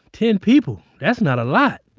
ten people. that's not a lot!